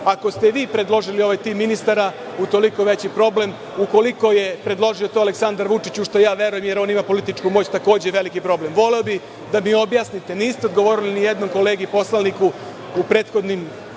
Ako ste vi predložili ovaj tim ministara, utoliko veći problem. Ukoliko je to predložio Aleksandar Vučić, u šta ja verujem, jer on ima političku moć, onda je takođe to veliki problem. Voleo bih da mi objasnite, niste odgovorili ni jednom kolegi poslaniku u prethodnim